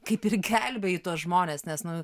kaip ir gelbėji tuos žmones nes nu